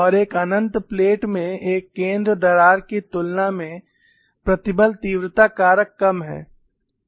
और एक अनंत प्लेट में एक केंद्र दरार की तुलना में प्रतिबल तीव्रता कारक कम है